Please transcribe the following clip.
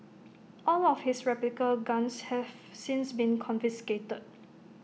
all of his replica guns have since been confiscated